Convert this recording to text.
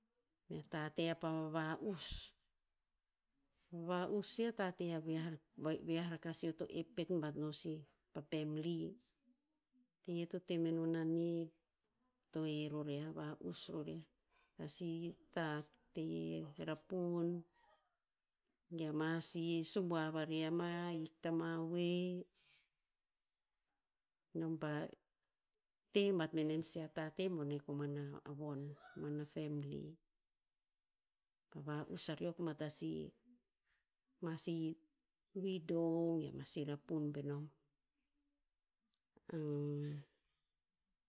Mea tate apa vava'us. Vava'us sih a tate a viah vi'ah rakah sih eo to ep pet bat no sih pa family. Teye to te menon a nid, to he ror yiah va'us ror yiah. A si tahat e rapun, ge ama sih subuav arih ama hik tama voe, nom pa te bat menem si a tate bone koman a von. Koman a family. Pa va'us areok bat a si, ma si widow, ge ma si rapun pe nom.